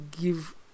give